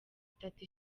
itatu